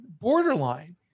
borderline